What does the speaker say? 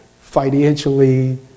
financially